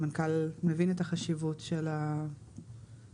המנכ"ל מבין את החשיבות של הנושא.